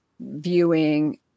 viewing